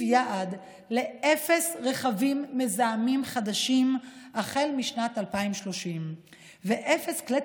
יעד לאפס רכבים מזהמים חדשים החל משנת 2030 ואפס כלי